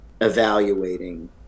evaluating